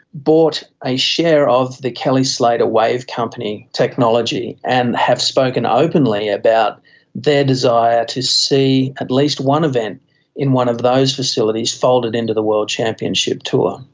bought a share of the kelly slater wave company technology and have spoken openly about their desire to see at least one event in one of those facilities folded into the world championship tour.